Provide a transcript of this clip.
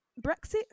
Brexit